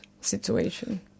situation